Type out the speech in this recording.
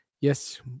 Yes